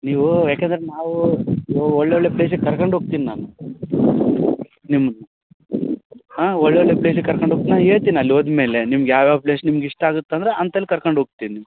ನೀವು ಯಾಕಂದರೆ ನಾವು ಉ ಒಳ್ಳೊಳ್ಳೆಯ ಪ್ಲೇಸಿಗೆ ಕರ್ಕೊಂಡು ಹೋಗ್ತಿನಿ ನಾನು ನಿಮ್ನ ಹಾಂ ಒಳ್ಳೊಳ್ಳೆಯ ಪ್ಲೇಸಿಗೆ ಕರ್ಕೊಂಡು ಹೋಗ್ತೀನಿ ನಾ ಹೇಳ್ತೀನಿ ಅಲ್ಲಿ ಹೋದ್ಮೇಲೆ ನಿಮ್ಗೆ ಯಾವ ಯಾವ ಪ್ಲೇಸ್ ನಿಮ್ಗ ಇಷ್ಟ ಆಗತ್ತೆ ಅಂದ್ರ ಅಂತಲ್ ಕರ್ಕಂಡು ಹೋಗ್ತಿನಿ ನಿಮ್ಮ